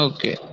Okay